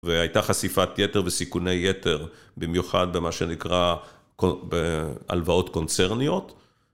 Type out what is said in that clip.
והייתה חשיפת יתר וסיכוני יתר, במיוחד במה שנקרא קו... ב... הלוואות קונצרניות.